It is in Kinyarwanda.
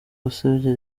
gusebya